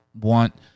want